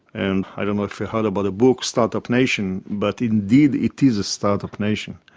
and i don't know if you heard about a book, start-up nation, but indeed it is a start-up nation.